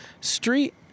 street